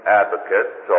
advocates